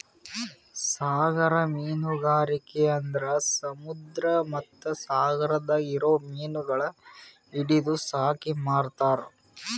ಸಾಗರ ಮೀನುಗಾರಿಕೆ ಅಂದುರ್ ಸಮುದ್ರ ಮತ್ತ ಸಾಗರದಾಗ್ ಇರೊ ಮೀನಗೊಳ್ ಹಿಡಿದು ಸಾಕಿ ಮಾರ್ತಾರ್